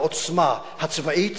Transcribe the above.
העוצמה הצבאית,